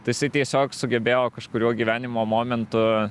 tai jisai tiesiog sugebėjo kažkuriuo gyvenimo momentu